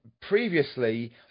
previously